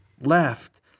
left